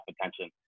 attention